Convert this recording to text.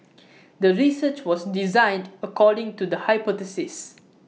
the research was designed according to the hypothesis